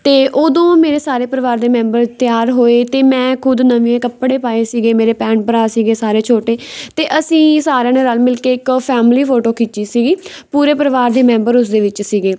ਅਤੇ ਉਦੋਂ ਮੇਰੇ ਸਾਰੇ ਪਰਿਵਾਰ ਦੇ ਮੈਂਬਰ ਤਿਆਰ ਹੋਏ ਅਤੇ ਮੈਂ ਖੁਦ ਨਵੇਂ ਕੱਪੜੇ ਪਾਏ ਸੀਗੇ ਮੇਰੇ ਭੈਣ ਭਰਾ ਸੀਗੇ ਸਾਰੇ ਛੋਟੇ ਅਤੇ ਅਸੀਂ ਸਾਰਿਆਂ ਨੇ ਰਲ ਮਿਲ ਕੇ ਇੱਕ ਫੈਮਿਲੀ ਫੋਟੋ ਖਿੱਚੀ ਸੀਗੀ ਪੂਰੇ ਪਰਿਵਾਰ ਦੇ ਮੈਂਬਰ ਉਸ ਦੇ ਵਿੱਚ ਸੀਗੇ